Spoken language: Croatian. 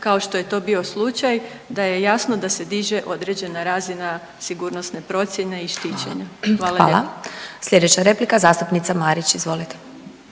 kao što je to bio slučaj da je jasno da se diže određena razina sigurnosne procjene i štićenja. Hvala lijepo. **Glasovac, Sabina (SDP)**